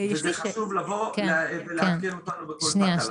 וזה חשוב לבוא ולעדכן אותנו בכל תקלה.